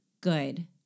good